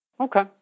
Okay